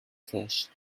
cache